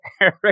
Eric